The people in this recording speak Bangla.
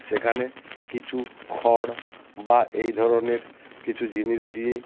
সেখানে কিছু খড় বা এই ধরনের কিছু জিনিস দিয়ে